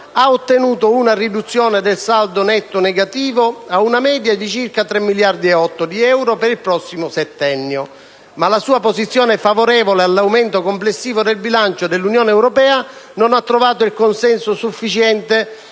Ha ottenuto una riduzione del suo saldo netto negativo a una media di circa 3,8 miliardi di euro per il prossimo settennio, ma la sua posizione favorevole all'aumento complessivo del bilancio dell'Unione europea non ha trovato il consenso sufficiente